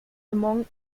among